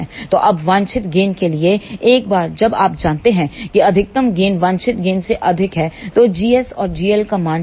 तो अब वांछित गेन के लिए एक बार जब आप जानते हैं कि अधिकतम गेन वांछित गेन से अधिक है तो gs और gl का मान चुनें